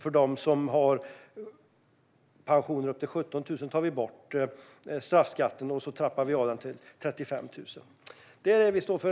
För dem som har pensioner upp till 17 000 kronor tar vi bort straffskatten, och upp till 35 000 trappar vi ned den. Det är detta vi står för.